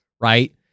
right